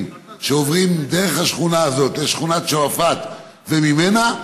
שעוברים דרך השכונה הזאת לשכונת שועפאט וממנה,